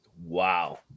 Wow